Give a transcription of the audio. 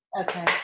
Okay